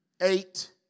eight